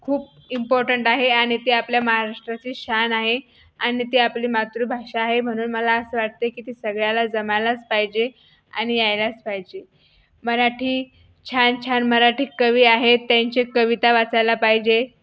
खूप इम्पॉर्टंट आहे आणि ते आपल्या महाराष्ट्राची शान आहे आणि ते आपली मातृभाषा आहे म्हणून मला असं वाटतं आहे की ते सगळ्याला जमायलाच पाहिजे आणि यायलाच पाहिजे मराठी छान छान मराठी कवी आहेत त्यांचे कविता वाचायला पाहिजे